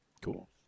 cool